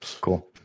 cool